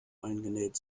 eingenäht